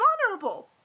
vulnerable